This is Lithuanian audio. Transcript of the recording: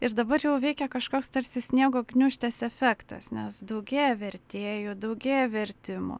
ir dabar jau veikia kažkoks tarsi sniego gniūžtės efektas nes daugėja vertėjų daugėja vertimų